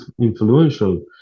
influential